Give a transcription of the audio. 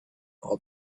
all